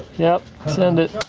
yep, send it!